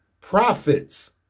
profits